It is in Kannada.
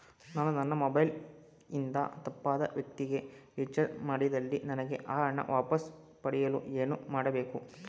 ನಾನು ನನ್ನ ಮೊಬೈಲ್ ಇಂದ ತಪ್ಪಾದ ವ್ಯಕ್ತಿಗೆ ರಿಚಾರ್ಜ್ ಮಾಡಿದಲ್ಲಿ ನನಗೆ ಆ ಹಣ ವಾಪಸ್ ಪಡೆಯಲು ಏನು ಮಾಡಬೇಕು?